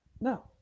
no